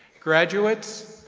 graduates,